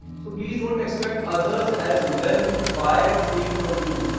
so please don't expect others as well to buy the same from you.